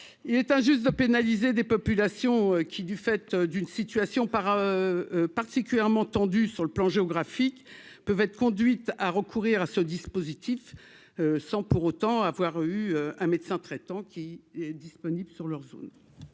il est injuste de pénaliser des populations qui, du fait d'une situation par particulièrement tendue sur le plan géographique peuvent être conduites à recourir à ce dispositif, sans pour autant avoir eu un médecin traitant qui est disponible sur leur zone.